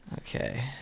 Okay